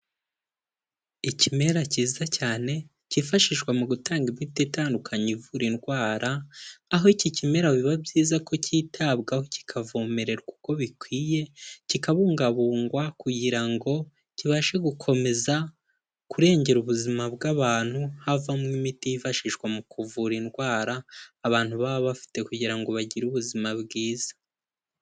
Ikimera cyiza cyane, kifashishwa mu gutanga imiti itandukanye ivura indwara, aho iki kimera biba byiza ko cyitabwaho kikavomererwa uko bikwiye, kikabungabungwa kugira ngo kibashe gukomeza kurengera ubuzima bw'abantu havamo imiti yifashishwa mu kuvura indwara, abantu baba bafite kugira ngo bagire ubuzima bwiza.